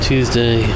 Tuesday